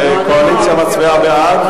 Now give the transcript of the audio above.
שהקואליציה מצביעה בעד,